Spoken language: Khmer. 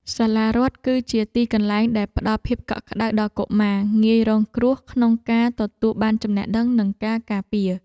សាលារដ្ឋគឺជាទីកន្លែងដែលផ្តល់ភាពកក់ក្តៅដល់កុមារងាយរងគ្រោះក្នុងការទទួលបានចំណេះដឹងនិងការការពារ។